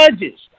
judges